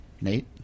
Nate